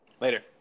Later